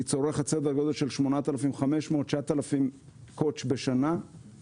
היא צורכת סדר גודל של 9,000-8,500 קוט"ש בשנה.